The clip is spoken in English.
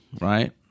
Right